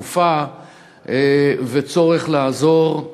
סופה וצורך לעזור,